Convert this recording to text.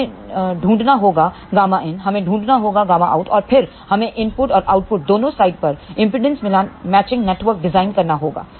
हमें ढूंढना होगा ƬIN हमें ढूंढना होगाƬOUTऔर फिर हमें इनपुट और आउटपुट दोनों साइड पर इंपेडेंस मिलान नेटवर्क डिजाइन करना होगा